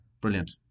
Brilliant